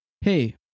hey